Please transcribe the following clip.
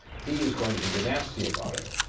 he is going to be nasty about it,